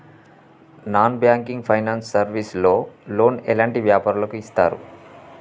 Non banking finance service లో loan ఎలాంటి వ్యాపారులకు ఇస్తరు?